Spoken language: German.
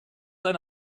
eine